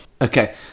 Okay